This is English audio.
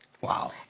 Wow